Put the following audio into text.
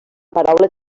paraula